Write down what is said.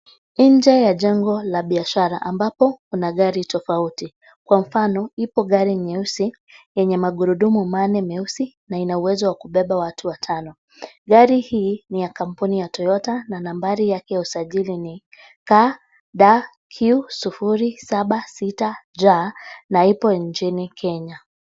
Nje ya jengo la biashara ambapo kuna gari tofauti kwa mfano, ipo gari nyeusi, yenye magurudumu manne meusi na ina uwezo wa kubeba watu watano. Gari hii ni ya kampuni ya toyota na nambari yake ya usajili ni KDQ 076J na ipo nchini Kenya.